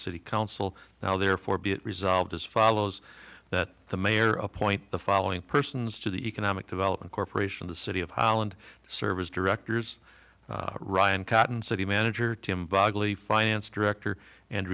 city council now therefore be it resolved as follows that the mayor appoint the following persons to the economic development corporation the city of holland service directors ryan cotton city manager tim bagley finance director and